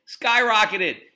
skyrocketed